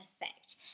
effect